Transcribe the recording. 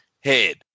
head